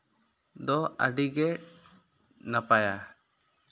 ᱱᱚᱣᱟ ᱫᱚ ᱟᱹᱰᱤᱜᱮ ᱱᱟᱯᱟᱭᱟ